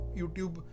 YouTube